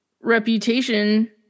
reputation